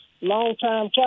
longtime